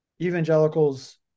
evangelicals